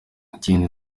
ikindi